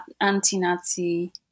anti-Nazi